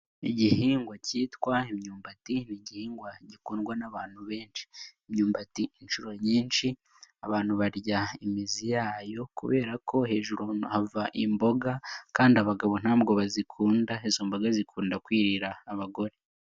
Igihingwa cyitwa imyumbati ni igihingwa gikundwa n'abantu benshi, imyumbati inshuro nyinshi abantu barya imizi yayo kubera ko hejuru hava imboga kandi abagabo ntabwo bazikunda, izo mboga zikunda kwirira abagore.